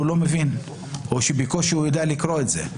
לא מבין או שבקושי הוא יודע לקרוא את זה,